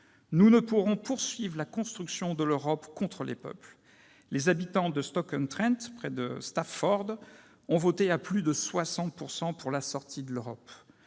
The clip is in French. Nous ne pourrons poursuivre la construction de l'Europe contre les peuples. Les habitants de Stoke-on-Trent, près de Stafford, ont voté à plus de 60 % pour la sortie de l'Europe.